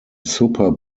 super